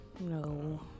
No